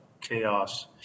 chaos